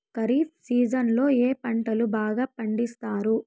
ఖరీఫ్ సీజన్లలో ఏ పంటలు బాగా పండిస్తారు